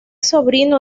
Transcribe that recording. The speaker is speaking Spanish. sobrino